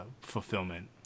fulfillment